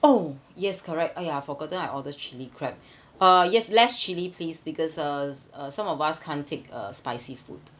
oh yes correct !aiya! forgotten I order chili crab uh yes less chili please because uh uh some of us can't take uh spicy food